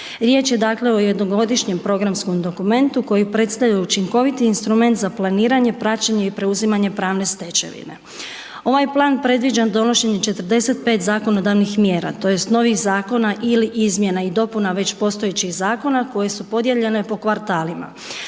Riječ je dakle o jednogodišnjem programskom dokumentu koji predstavlja učinkoviti instrument za planiranje, praćenje i preuzimanje pravne stečevine. Ovaj plan predviđa donošenje 45 zakonodavnih mjera tj. novih zakona ili izmjena i dopuna već postojećih zakona koje su podijeljene po kvartalima,